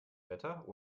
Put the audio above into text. wetter